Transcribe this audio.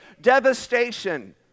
devastation